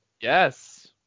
Yes